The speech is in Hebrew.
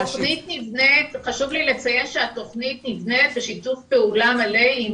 התכנית נבנית וחשוב לי לציין שהתכנית נבנית בשיתוף פעולה מלא עם